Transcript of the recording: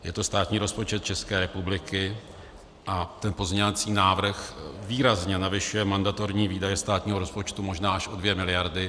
Je to státní rozpočet České republiky a ten pozměňovací návrh výrazně navyšuje mandatorní výdaje státního rozpočtu, možná až o dvě miliardy.